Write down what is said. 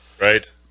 right